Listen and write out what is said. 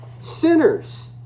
sinners